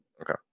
Okay